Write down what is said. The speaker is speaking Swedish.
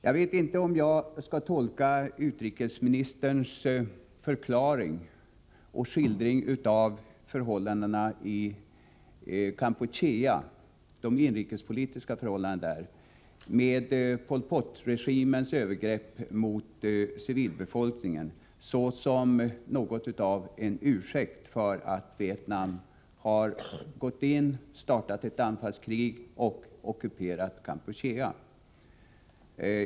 Jag vet inte om jag skall tolka utrikesministerns förklaring och skildring av de inrikespolitiska förhållandena i Kampuchea — med Pol Pot-regimens övergrepp mot civilbefolkningen — såsom något av en ursäkt för att Vietnam har gått in i, startat ett anfallskrig mot och ockuperat Kampuchea.